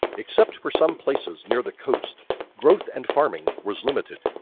except for some places near the coast growth and farming was limited.